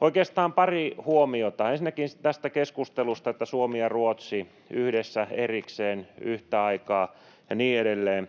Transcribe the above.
Oikeastaan pari huomiota ensinnäkin tästä keskustelusta, että Suomi ja Ruotsi yhdessä, erikseen, yhtä aikaa ja niin edelleen.